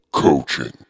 coaching